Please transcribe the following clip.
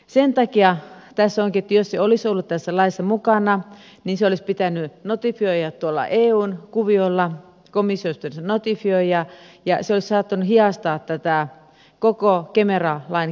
sen takia tässä onkin se että jos se olisi ollut tässä laissa mukana niin se olisi pitänyt notifioida tuolla eun kuviolla komissiossa olisi pitänyt se notifioida ja se olisi saattanut hidastaa tätä koko kemera lain käsittelyä